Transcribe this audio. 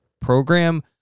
program